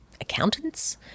accountants